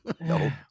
No